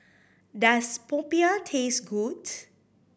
does popiah taste good